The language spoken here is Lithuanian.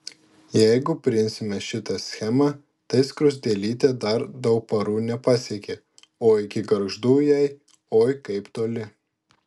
jeigu priimsime šitą schemą tai skruzdėlytė dar dauparų nepasiekė o iki gargždų jai oi kaip toli